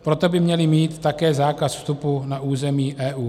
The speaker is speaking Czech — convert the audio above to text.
Proto by měli mít také zákaz vstupu na území EU.